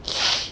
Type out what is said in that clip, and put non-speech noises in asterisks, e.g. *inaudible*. *breath*